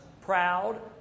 proud